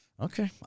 Okay